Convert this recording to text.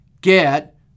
get